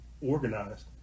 organized